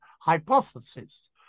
hypothesis